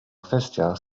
kwestia